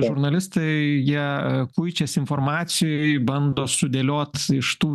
žurnalistai jie kuičias informacijoj bando sudėliot iš tų